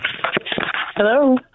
Hello